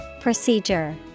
Procedure